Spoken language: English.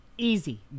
Easy